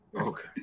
Okay